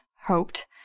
hoped